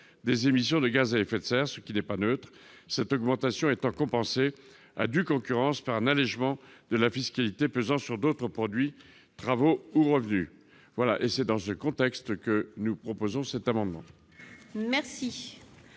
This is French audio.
des émissions de gaz à effet de serre », ce qui n'est pas neutre, « cette augmentation étant compensée, à due concurrence, par un allègement de la fiscalité pesant sur d'autres produits, travaux ou revenus. » C'est dans ce contexte que nous proposons cet amendement.